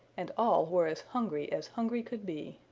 and all were as hungry as hungry could be.